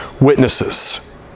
witnesses